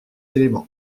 éléments